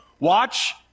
watch